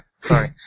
Sorry